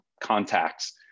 contacts